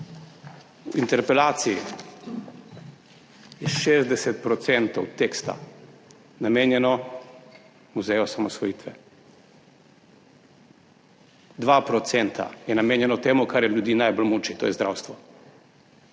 V interpelaciji je 60 % teksta namenjeno muzeju osamosvojitve, 2 % sta namenjena temu, kar ljudi najbolj muči, to je zdravstvo.